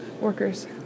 workers